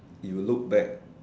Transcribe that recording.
if you look back